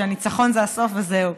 שהניצחון זה הסוף וזהו.